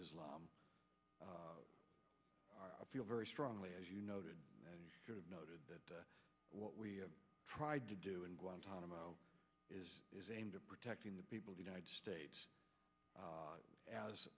islam i feel very strongly as you noted noted that what we tried to do in guantanamo is is aimed at protecting the people the united states has